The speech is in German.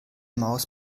maus